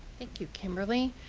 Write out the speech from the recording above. thank you, kimberly.